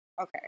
okay